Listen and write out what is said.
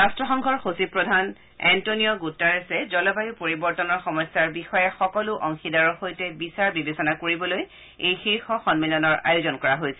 ৰাট্টসংঘৰ সচিব প্ৰধান এণ্টনিঅ গুট্টাৰেছে জলবায়ু পৰিৱৰ্তনৰ সমস্যাৰ বিষয়ে সকলো অংশীদাৰৰ সৈতে বিচাৰ বিবেচনা কৰিবলৈ এই শীৰ্ষ সম্মিলনৰ আয়োজন কৰা হৈছিল